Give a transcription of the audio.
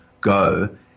go